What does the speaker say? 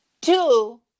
Two